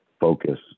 focus